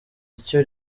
icyo